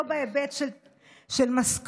לא בהיבט של משכורת,